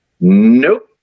Nope